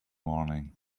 morning